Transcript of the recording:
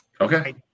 Okay